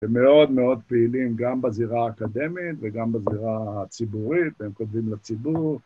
הם מאוד מאוד פעילים גם בזירה האקדמית וגם בזירה הציבורית, הם כותבים לציבור.